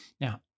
Now